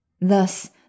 Thus